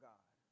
God